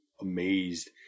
amazed